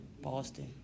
Boston